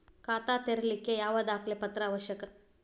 ಖಾತಾ ತೆರಿಲಿಕ್ಕೆ ಯಾವ ದಾಖಲೆ ಪತ್ರ ಅವಶ್ಯಕ?